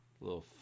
little